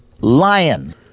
lion